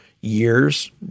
years